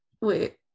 Wait